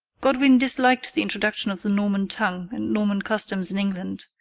godwin disliked the introduction of the norman tongue and norman customs in england,